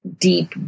deep